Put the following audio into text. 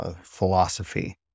philosophy